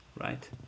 Right